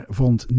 vond